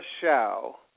show